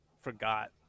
forgot